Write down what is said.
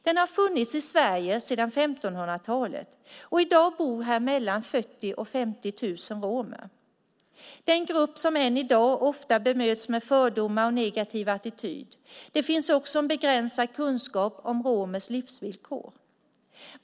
Den har funnits i Sverige sedan 1500-talet. I dag bor här mellan 40 000 och 50 000 romer. Det är en grupp som än i dag ofta bemöts med fördomar och negativ attityd. Det finns också en begränsad kunskap om romers livsvillkor.